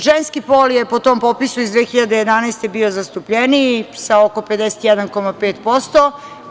Ženski pol je po tom popisu iz 2011. godine, bio zastupljeniji, sa oko 51,5%